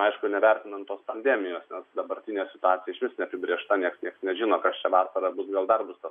aišku nevertinant tos pandemijos nes dabartinė situacija išvis neapibrėžta nes niekas nežino kas čia vasarą bus gal dar bus tas